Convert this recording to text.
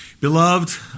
Beloved